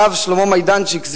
הרב שלמה מיידנצ'יק,